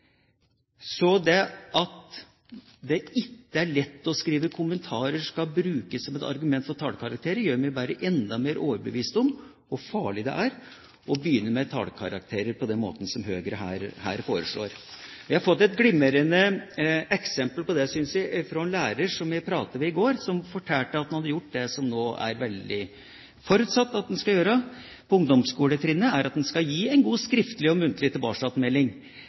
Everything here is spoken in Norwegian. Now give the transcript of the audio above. det at det ikke er lett å skrive kommentarer, skal brukes som et argument for tallkarakterer, gjør meg bare enda mer overbevist om hvor farlig det er å begynne med tallkarakterer på den måten som Høyre her foreslår. Jeg fikk et glimrende eksempel på det, synes jeg, fra en lærer som jeg pratet med i går, som fortalte at han hadde gjort det som det nå er forutsatt at man skal gjøre på ungdomsskoletrinnet, nemlig gi en god skriftlig og muntlig